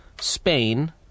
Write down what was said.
Spain